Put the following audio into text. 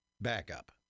backup